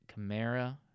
Kamara